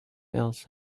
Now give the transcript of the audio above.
else